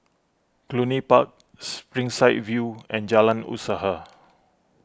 Cluny Park Springside View and Jalan Usaha